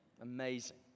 Amazing